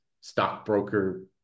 stockbroker